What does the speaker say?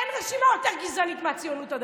אין רשימה יותר גזענית מהציונות הדתית.